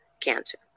cancer